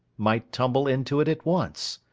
might tumble into it at once.